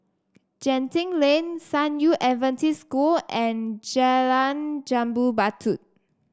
Genting Lane San Yu Adventist School and Jalan Jambu Batu